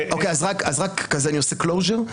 אני רק עושה קלוז'ר.